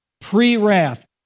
Pre-wrath